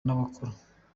n’abakora